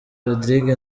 rodrigue